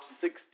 six